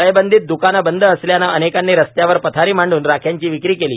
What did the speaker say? टाळेबंदीत दूकानं बंद असल्यानं अनेकांनी रस्त्यावर पथारी मांडून राख्यांची विक्री केली